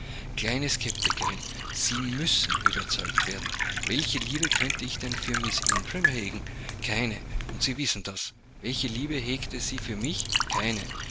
sie müssen überzeugt werden welche liebe könnte ich denn für miß ingram hegen keine und sie wissen das welche liebe hegt sie für mich keine